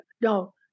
No